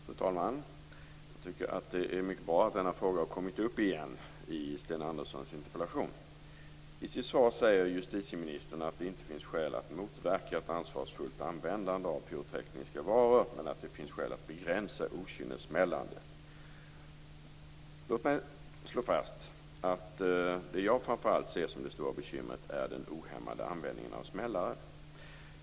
Fru talman! Jag tycker att det är mycket bra att denna fråga har kommit upp igen i Sten Anderssons interpellation. I sitt svar säger justitieministern att det inte finns skäl att motverka ett ansvarsfullt användande av pyrotekniska varor men att det finns skäl att begränsa okynnessmällandet. Låt mig slå fast att det som jag ser som det stora bekymret är den ohämmade användningen av smällare.